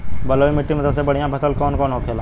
बलुई मिट्टी में सबसे बढ़ियां फसल कौन कौन होखेला?